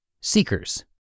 Seekers